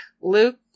Luke